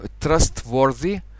trustworthy